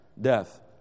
death